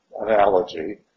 analogy